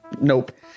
Nope